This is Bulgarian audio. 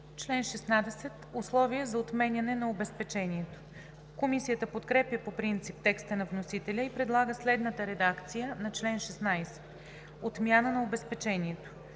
„Член 16 – Условия за отменяне на обезпечението“. Комисията подкрепя по принцип текста на вносителя и предлага следната редакция на чл. 16: „Отмяна на обезпечението